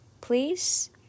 please